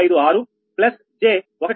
556 j 1